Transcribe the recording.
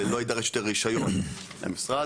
ולא יידרש רישיון מהמשרד,